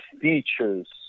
features